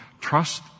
trust